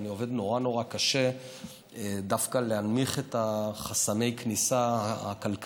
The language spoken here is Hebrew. אני עובד נורא נורא קשה דווקא להנמיך את חסמי הכניסה הכלכליים.